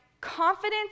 confidence